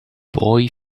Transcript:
boy